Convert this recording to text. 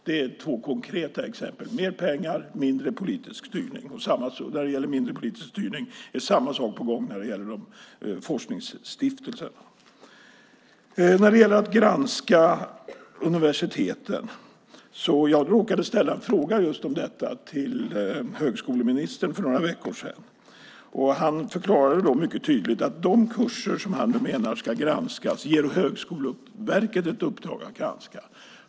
Det är två konkreta exempel - mer pengar och mindre politisk styrning. Vad gäller mindre politisk styrning är samma sak på gång i forskningsstiftelserna. När det gäller att granska universiteten råkade jag ställa en fråga till högskoleministern om just detta för några veckor sedan. Han förklarade tydligt att de kurser som ska granskas har Högskoleverket i uppdrag att granska.